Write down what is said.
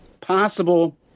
possible